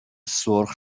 سرخ